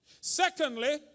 Secondly